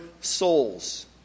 souls